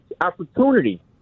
opportunity